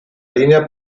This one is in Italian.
linea